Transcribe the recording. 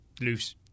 loose